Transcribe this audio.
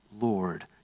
Lord